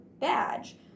badge